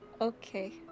Okay